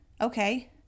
Okay